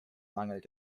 mangelt